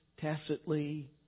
tacitly